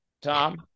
Tom